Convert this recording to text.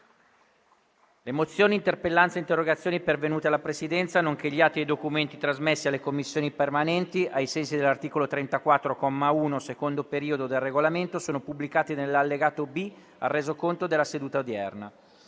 Le mozioni, le interpellanze e le interrogazioni pervenute alla Presidenza, nonché gli atti e i documenti trasmessi alle Commissioni permanenti ai sensi dell'articolo 34, comma 1, secondo periodo, del Regolamento sono pubblicati nell'allegato B al Resoconto della seduta odierna.